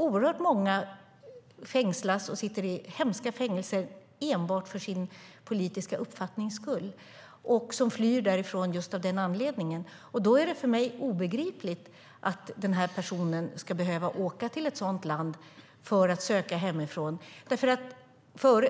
Oerhört många fängslas och sitter i hemska fängelser enbart för sin politiska uppfattnings skull, och människor flyr därifrån av just den anledningen. Det är för mig obegripligt att en person ska behöva åka till ett sådant land för att söka hemifrån. Människor ska